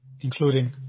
including